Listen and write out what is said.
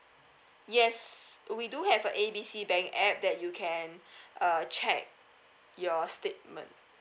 yes we do have a A B C bank app that you can uh check your statement